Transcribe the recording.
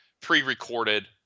pre-recorded